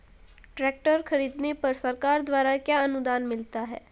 Tractor खरीदने पर सरकार द्वारा क्या अनुदान मिलता है?